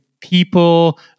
people